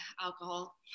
alcohol